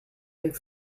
and